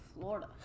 Florida